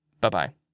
bye-bye